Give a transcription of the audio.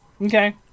Okay